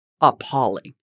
appalling